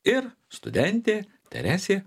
ir studentė teresė